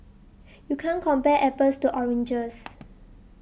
you can't compare apples to oranges